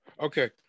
Okay